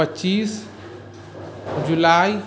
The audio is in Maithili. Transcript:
पचीस जुलाइ